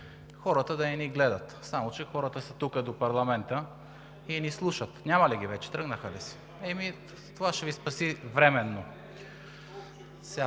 хората да не ни гледат. Само че хората са тук, до парламента, и ни слушат. Няма ли ги вече, тръгнаха ли си? Еми това ще Ви спаси временно.